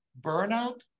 burnout